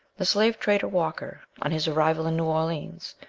the slave-trader walker, on his arrival in new orleans,